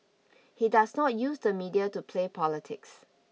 he does not use the media to play politics